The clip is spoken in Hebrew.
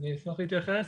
אשמח להתייחס.